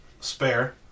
spare